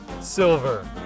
silver